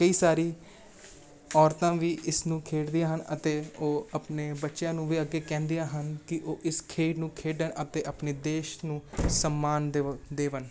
ਕਈ ਸਾਰੀ ਔਰਤਾਂ ਵੀ ਇਸ ਨੂੰ ਖੇਡਦੀਆਂ ਹਨ ਅਤੇ ਉਹ ਆਪਣੇ ਬੱਚਿਆਂ ਨੂੰ ਵੀ ਅੱਗੇ ਕਹਿੰਦੀਆਂ ਹਨ ਕਿ ਉਹ ਇਸ ਖੇਡ ਨੂੰ ਖੇਡਣ ਅਤੇ ਆਪਣੇ ਦੇਸ਼ ਨੂੰ ਸੰਮਾਨ ਦ ਦੇਵਣ